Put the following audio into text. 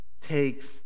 takes